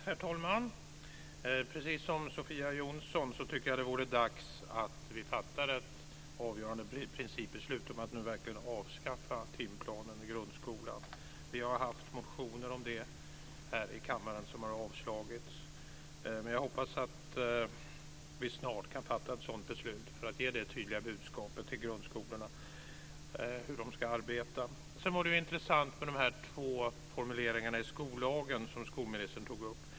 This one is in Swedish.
Herr talman! Precis som Sofia Jonsson tycker jag att det vore dags att vi fattade ett avgörande principbeslut om att nu verkligen avskaffa timplanen i grundskolan. Vi har haft motioner om det här i kammaren som har avslagits, men jag hoppas att vi snart kan fatta ett sådant beslut för att ge ett tydligt budskap till grundskolan om hur den ska arbeta. Sedan var det intressant med de två formuleringar i skollagen som skolministern tog upp.